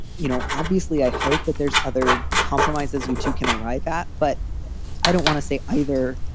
you know, obviously, i hope that there's other compromises you two can arrive at, but i don't want to say either.